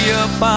up